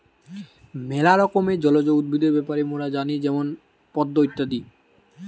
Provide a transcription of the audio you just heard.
ম্যালা রকমের জলজ উদ্ভিদ ব্যাপারে মোরা জানি যেমন পদ্ম ইত্যাদি